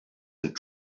and